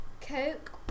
Coke